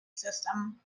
system